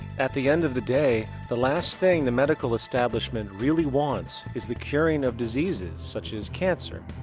at the end of the day the last thing the medical establishment really wants is the curing of diseases such as cancer,